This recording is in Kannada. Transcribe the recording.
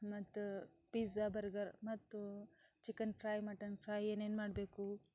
ಮತ್ತು ಪಿಝ ಬರ್ಗರ್ ಮತ್ತು ಚಿಕನ್ ಫ್ರೈ ಮಟನ್ ಫ್ರೈ ಏನೇನು ಮಾಡಬೇಕು